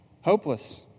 hopeless